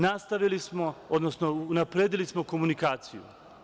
Nastavili smo, odnosno unapredili smo komunikaciju.